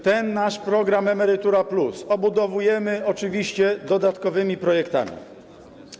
Ten nasz program „Emerytura+” obudowujemy oczywiście dodatkowymi projektami.